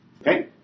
Okay